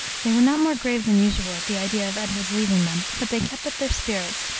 they were not more grave than usual at the idea of edward's leaving them but they kept up their spirits,